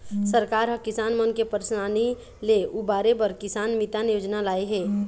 सरकार ह किसान मन के परसानी ले उबारे बर किसान मितान योजना लाए हे